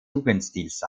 jugendstils